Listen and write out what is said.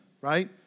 Right